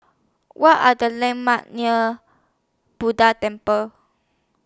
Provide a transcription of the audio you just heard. What Are The landmarks near Buddha Temple